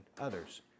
others